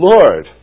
Lord